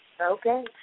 Okay